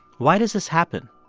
why does this happen?